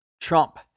Trump